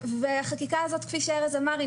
החקיקה הזאת כפי שארז אמר,